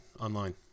online